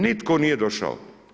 Nitko nije došao.